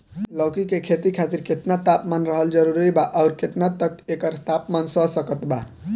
लौकी के खेती खातिर केतना तापमान रहल जरूरी बा आउर केतना तक एकर तापमान सह सकत बा?